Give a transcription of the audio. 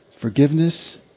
forgiveness